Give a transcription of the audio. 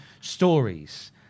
stories